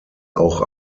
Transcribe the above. auch